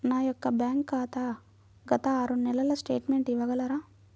నా యొక్క బ్యాంక్ ఖాతా గత ఆరు నెలల స్టేట్మెంట్ ఇవ్వగలరా?